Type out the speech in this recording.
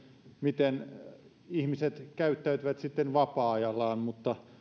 miten ihmiset käyttäytyvät sitten vapaa ajallaan mutta